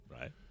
Right